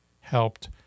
helped